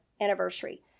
anniversary